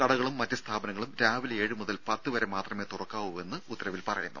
കടകളും മറ്റ് സ്ഥാപനങ്ങളും രാവിലെ ഏഴുമുതൽ പത്തുവരെ മാത്രമേ തുറക്കാവൂ എന്ന് ഉത്തരവിൽ പറയുന്നു